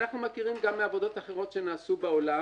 ואנחנו מכירים גם מעבודות אחרות שנעשו בעולם